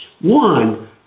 One